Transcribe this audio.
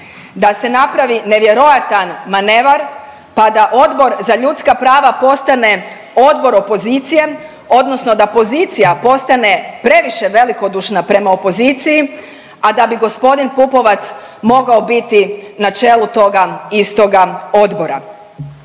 da se napravi nevjerojatan manevar, pa da Odbor za ljudska prava postane odbor opozicije odnosno da pozicija postane previše velikodušna prema opoziciji, a da bi g. Pupovac mogao biti na čelu toga istoga odbora?